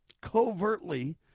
covertly